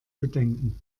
bedenken